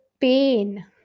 pain